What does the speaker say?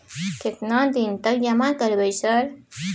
केतना दिन तक जमा करबै सर?